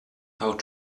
how